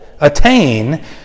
Attain